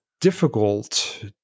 difficult